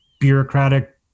bureaucratic